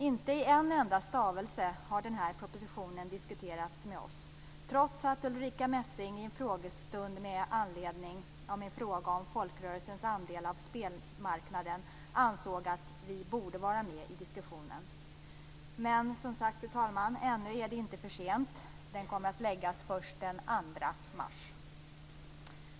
Inte i en enda stavelse har denna proposition diskuterats med oss trots att Ulrica Messing i en frågestund med anledning av min fråga om folkrörelsernas andel av spelmarknaden ansåg att vi borde vara med i diskussionen. Men, fru talman, ännu är det inte för sent. Propositionen kommer att läggas fram först den 2 mars.